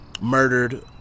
murdered